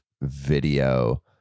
video